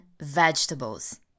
vegetables